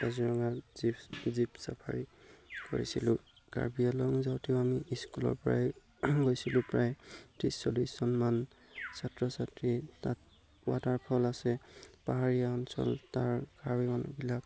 কাজিৰঙাত jeep jeep safari কৰিছিলোঁ কাৰ্বি আংলং যাওঁতেও আমি স্কুলৰ পৰাই গৈছিলোঁ প্ৰায় ত্ৰিছ চল্লিছ জনমান ছাত্ৰ ছাত্ৰী তাত ৱাটাৰফল আছে পাহাৰীয়া অঞ্চল তাৰ কাৰ্বি মানুহবিলাক